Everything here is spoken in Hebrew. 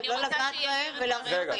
אני לא רוצה לגעת במורים.